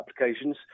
applications